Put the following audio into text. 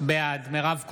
בעד מירב כהן,